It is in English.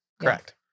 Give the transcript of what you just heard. Correct